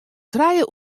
trije